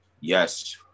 Yes